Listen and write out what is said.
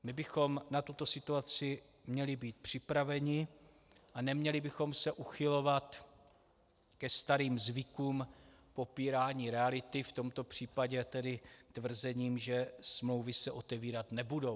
My bychom měli být na tuto situaci připraveni a neměli bychom se uchylovat ke starým zvykům k popírání reality, v tomto případě tedy tvrzením, že smlouvy se otevírat nebudou.